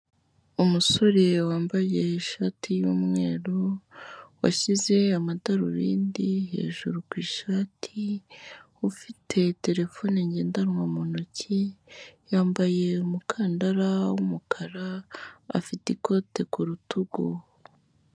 Umusore wambaye ishati y'umweru washyize amadarubindi hejuru ku ishati, ufite telefone ngendanwa mu ntoki, yambaye umukandara w'umukara afite ikote ku rutugu.